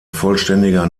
vollständiger